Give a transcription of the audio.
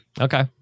Okay